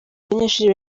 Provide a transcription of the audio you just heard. banyeshuri